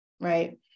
right